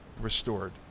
restored